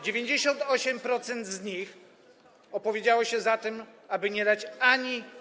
98% z nich opowiedziało się za tym, aby nie dać ani.